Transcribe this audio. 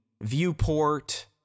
viewport